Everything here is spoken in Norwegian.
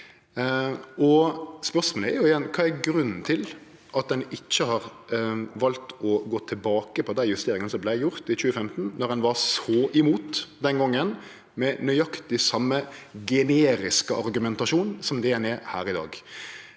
Kva er grunnen til at ein ikkje har valt å gå tilbake på dei justeringane som vart gjorde i 2015, når ein var så imot det den gongen, med nøyaktig same generiske argumentasjon som ein gjev att her i dag?